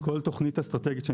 בכל תוכנית אסטרטגית,